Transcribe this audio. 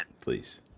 Please